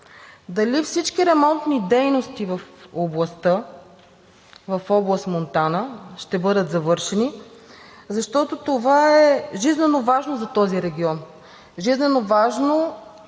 дали всички ремонтни дейности в област Монтана ще бъдат завършени, защото това е жизненоважно за този регион – жизненоважно